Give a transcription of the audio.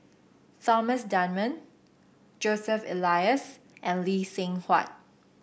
Thomas Dunman Joseph Elias and Lee Seng Huat